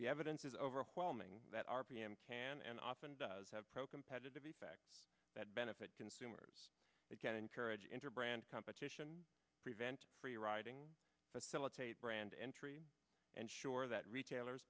the evidence is overwhelming that rpm can and often does have pro competitive effects that benefit consumers again encourage interbrand competition prevent free riding facilitate brand entry and sure that retailers